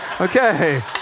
Okay